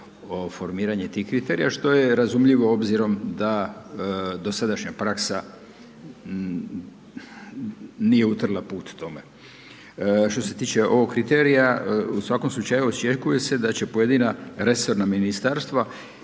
na formiranje tih kriterija što je razumljivo obzirom da dosadašnja praksa nije utrla put tome. Što se tiče ovog kriterija, u svakom slučaju očekuje se da će pojedina resorna ministarstva